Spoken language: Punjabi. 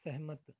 ਸਹਿਮਤ